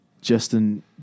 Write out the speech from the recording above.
Justin